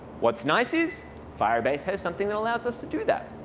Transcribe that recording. what's nice is firebase has something that allows us to do that.